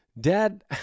Dad